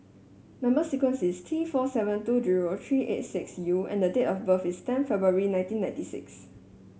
number sequence is T four seven two zero three eight six U and date of birth is ten February nineteen ninety six